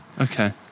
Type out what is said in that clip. Okay